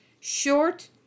short